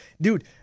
dude